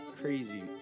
crazy